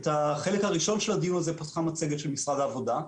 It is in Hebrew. במצגת של משרד העבודה,